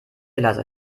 leiser